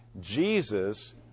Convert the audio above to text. Jesus